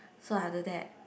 so after that